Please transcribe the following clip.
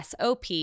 SOP